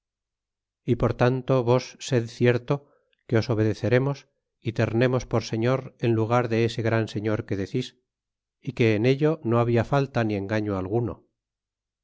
marina por tanto vos sed cierto que os obedeceremos y tememos por señor en lugar de ese gran señor que decís y que en ello no habla falta ni engaño alguno